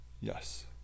yes